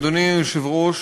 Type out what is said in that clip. אדוני היושב-ראש,